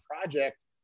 project